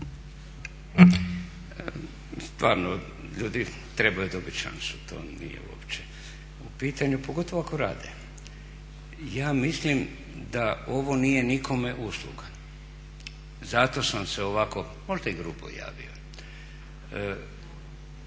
Stvarno ljudi trebaju dobit šansu, to nije uopće u pitanju, pogotovo ako rade. Ja mislim da ovo nije nikome usluga, zato sam se ovako možda i grubo javio.